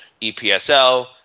EPSL